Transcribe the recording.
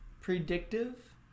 predictive